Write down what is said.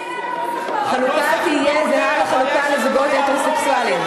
החלוקה תהיה זהה לחלוקה לזוגות הטרוסקסואליים.